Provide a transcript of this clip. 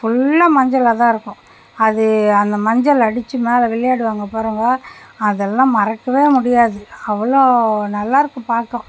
ஃபுல்லாக மஞ்சளாக தான் இருக்கும் அது அந்த மஞ்சள் அடித்து மேலே விளையாடுவாங்க பாருங்கோ அதெல்லாம் மறக்கவே முடியாது அவ்வளோ நல்லா இருக்கும் பாக்கோ